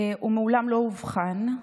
והוא מעולם לא אובחן.